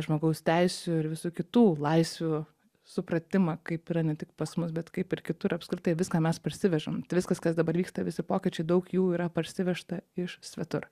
žmogaus teisių ir visų kitų laisvių supratimą kaip yra ne tik pas mus bet kaip ir kitur apskritai viską mes parsivežam viskas kas dabar vyksta visi pokyčiai daug jų yra parsivežta iš svetur